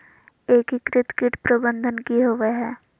एकीकृत कीट प्रबंधन की होवय हैय?